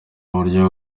uburyo